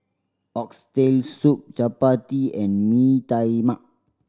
Oxtail Soup chappati and Mee Tai Mak